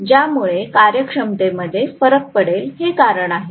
ज्यामुळे कार्यक्षमतेमध्ये फरक पडेल हे कारण आहे